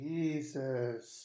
Jesus